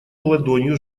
ладонью